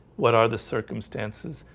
what are the circumstances?